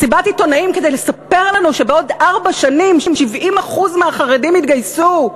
מסיבת עיתונאים כדי לספר לנו שבעוד ארבע שנים 70% מהחרדים יתגייסו.